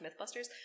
Mythbusters